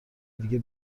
دیگه